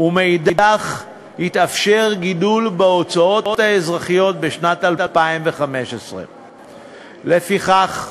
ומאידך יתאפשר גידול בהוצאות האזרחיות בשנת 2015. לפיכך,